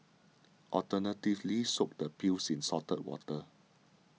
alternatively soak the peels in salted water